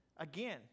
Again